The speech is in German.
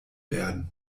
werden